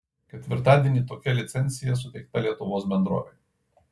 ketvirtadienį tokia licencija suteikta lietuvos bendrovei